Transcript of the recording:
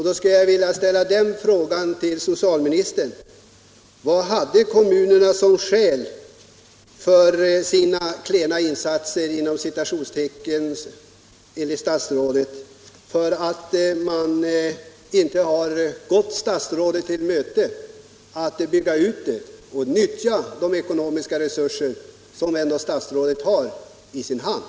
Då skulle jag vilja ställa frågan till socialministern: Vad hade kommunerna som skäl för sina ”klena insatser”, enligt statsrådet, för att inte gå statsrådet till mötes, bygga ut verksamheten och nyttja de ekonomiska resurser som statsrådet ändå har i sin hand?